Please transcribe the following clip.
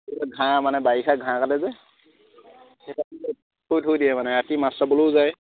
ঘাহ মানে বাৰিষা ঘাহ কাটে যে থৈ থৈ দিয়ে মানে ৰাতি মাছ চাবলৈ যায়